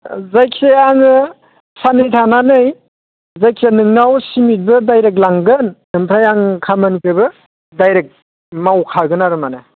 जायखिजाया आङो सान्नै थानानै जायखिया नोंनाव सिमेन्टबो डाइरेक्ट लांगोन ओमफ्राय आं खामानिखौबो डाइरेक्ट मावखागोन आरो माने